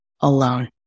alone